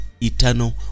eternal